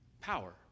Power